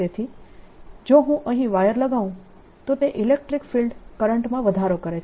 તેથી જો હું અહીં વાયર લગાઉં તો તે ઇલેક્ટ્રીક ફિલ્ડ કરંટમાં વધારો કરે છે